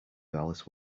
alice